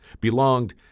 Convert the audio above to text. belonged